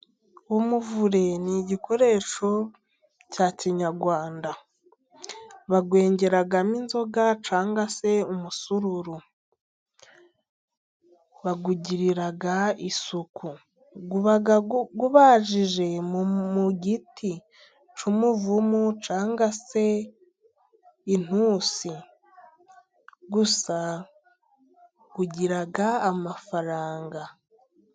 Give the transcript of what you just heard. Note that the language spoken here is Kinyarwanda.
Umuvure ni igikoresho cya kinyarwanda, bawengeramo inzoga cyangwa se umusururu ,bawugirira isuku uba ubajije mu giti cy'umuvumu cyangwa se intusi ,gusa ugira amafaranga.